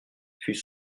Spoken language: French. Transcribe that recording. fut